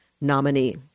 nominee